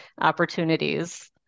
opportunities